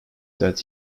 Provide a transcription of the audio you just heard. that